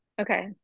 Okay